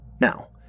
Now